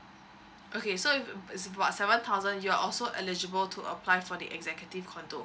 okay so if it's about seven thousand you're also eligible to apply for the executive C_O_N_D_O